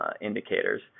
indicators